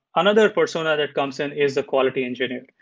another persona that comes in is the quality engineer.